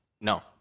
No